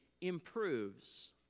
improves